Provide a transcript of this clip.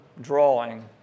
drawing